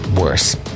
Worse